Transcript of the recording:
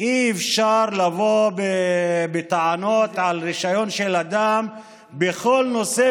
אי-אפשר לבוא בטענות על רישיון של אדם בכל נושא